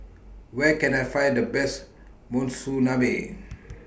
Where Can I Find The Best Monsunabe